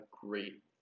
great